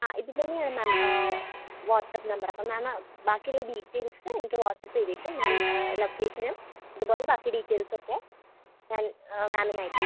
ആ ഇത് തന്നെയാണ് മാം വാട്സപ്പ് നമ്പർ അപ്പം മാം ബാക്കിയുള്ള ഡീറ്റെയിൽസ് എനിക്ക് വാട്സപ്പ് ചെയ്തേക്കൂ ഞാൻ ലൊക്കേഷനും അതുപോലെ ബാക്കി ഡീറ്റേൽസുമൊക്കെ ഞാൻ മാമിന് അയയ്ക്കാം